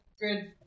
good